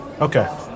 Okay